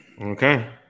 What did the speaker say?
Okay